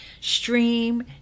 stream